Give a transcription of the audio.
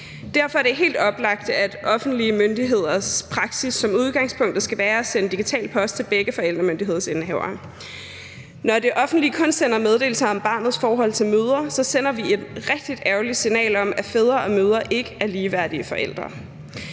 Derfor er det helt oplagt, at offentlige myndigheders praksis som udgangspunkt skal være at sende digital post til begge forældremyndighedsindehavere. Når det offentlige kun sender meddelelser om barnets forhold til mødre, sender vi et rigtig ærgerligt signal om, at fædre og mødre ikke er ligeværdige forældre.